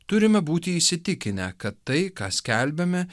turime būti įsitikinę kad tai ką skelbiame